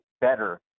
better